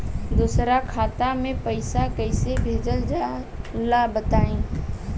दोसरा खाता में पईसा कइसे भेजल जाला बताई?